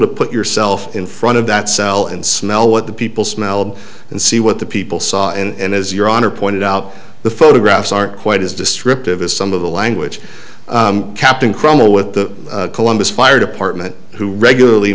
to put yourself in front of that cell and smell what the people smelled and see what the people saw and as your honor pointed out the photographs aren't quite as district of as some of the language captain chroma with the columbus fire department who regularly